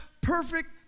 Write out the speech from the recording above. perfect